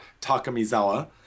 Takamizawa